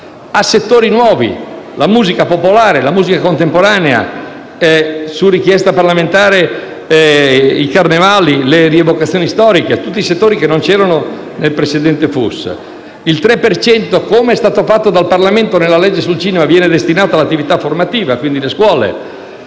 a settori nuovi come la musica popolare e contemporanea e - su richiesta parlamentare - i carnevali e le rievocazioni storiche, tutti settori che non c'erano nel precedente FUS. Come è stato fatto dal Parlamento nella legge sul cinema, il 3 per cento viene destinato all'attività formativa e, quindi, alle scuole.